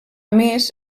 més